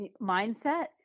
mindset